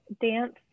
dance